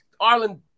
Ireland